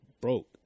Broke